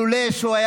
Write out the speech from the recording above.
לולא הוא היה